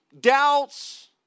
doubts